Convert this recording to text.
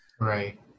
Right